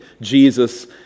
Jesus